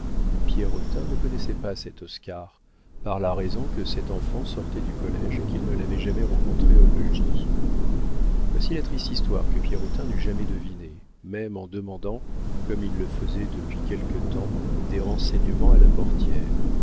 pierrotin ne connaissait pas cet oscar par la raison que cet enfant sortait du collége et qu'il ne l'avait jamais rencontré au logis voici la triste histoire que pierrotin n'eût jamais devinée même en demandant comme il le faisait depuis quelque temps des renseignements à la portière